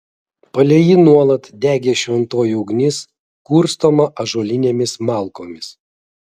palei jį nuolat degė šventoji ugnis kurstoma ąžuolinėmis malkomis